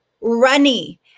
runny